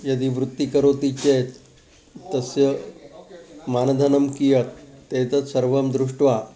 यदि वृत्तिं करोति चेत् तस्य मानधनं कियत् ते तत् सर्वं दृष्ट्वा